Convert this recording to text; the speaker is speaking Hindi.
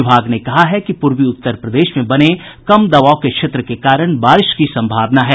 विभाग ने कहा है कि पूर्वी उत्तर प्रदेश में बने कम दबाव के क्षेत्र के कारण बारिश की सम्भावना है